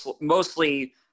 Mostly